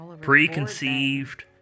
preconceived